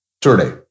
today